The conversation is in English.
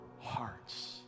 hearts